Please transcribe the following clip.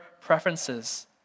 preferences